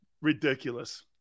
Ridiculous